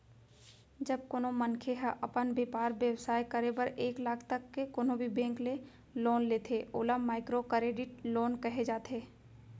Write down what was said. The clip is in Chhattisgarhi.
जब कोनो मनखे ह अपन बेपार बेवसाय करे बर एक लाख तक के कोनो भी बेंक ले लोन लेथे ओला माइक्रो करेडिट लोन कहे जाथे